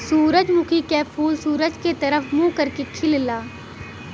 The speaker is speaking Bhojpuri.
सूरजमुखी क फूल सूरज के तरफ मुंह करके खिलला